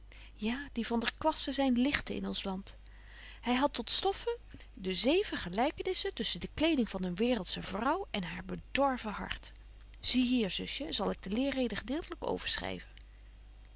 ja die vander kwasten zyn lichten in ons land hy hadt tot stoffe de zeven gelykenissen tussen de kleding van een waereldsche vrouw en haar bedorven hart zie hier zusje zal ik de leerreden gedeeltelyk